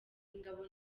ingabo